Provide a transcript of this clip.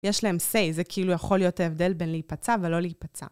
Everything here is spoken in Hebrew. יש להם סיי, זה כאילו יכול להיות ההבדל בין להיפצע ולא להיפצע.